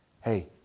hey